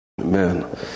Amen